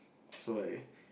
so like